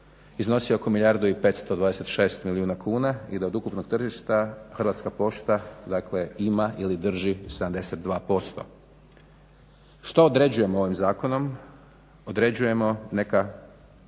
iznosi oko milijardu i 526 milijuna kuna i da od ukupnog tržišta Hrvatska pošta dakle ima ili drži 72%. Što određujemo ovim zakonom? Određujemo neka